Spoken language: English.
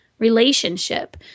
relationship